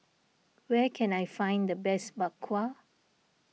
where can I find the best Bak Kwa